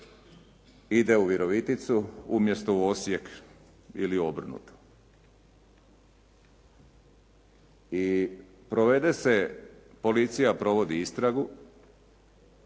ide u Viroviticu umjesto u Osijek ili obrnuto. Policija provede istragu